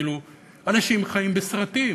כאילו אנשים חיים בסרטים,